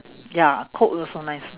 ya cook also nice ah